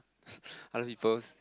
other people's